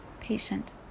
patient